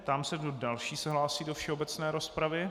Ptám se, kdo další se hlásí do všeobecné rozpravy.